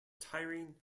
tiring